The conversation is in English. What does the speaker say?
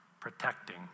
protecting